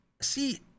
see